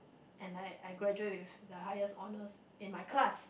and I I graduate with the highest honours in my class